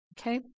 Okay